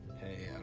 hey